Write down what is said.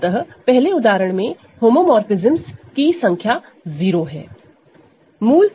अतः पहले उदाहरण में होमोमोरफ़िज्मस की संख्या 0 है